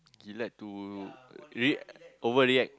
he like to re~ over react